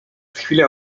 chwilę